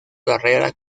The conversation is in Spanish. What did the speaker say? carrera